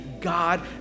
God